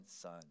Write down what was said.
son